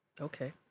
Okay